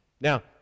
now